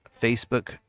Facebook